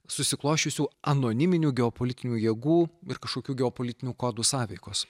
susiklosčiusių anoniminių geopolitinių jėgų ir kažkokių geopolitinių kodų sąveikos